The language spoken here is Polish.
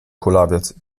kulawiec